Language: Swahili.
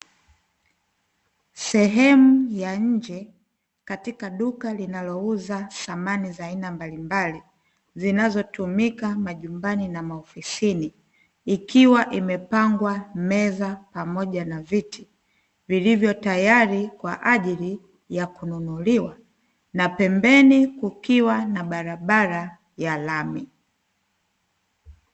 Sehemu ya nje katika duka linalouza samani za aina mbalimbali zinazotumika majumbani na maofisini ikiwa imepangwa meza pamoja na viti vilivyo tayari kwa ajili ya kununuliwa na pembeni kukiwa na barabara ya lami.